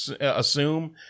assume